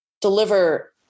deliver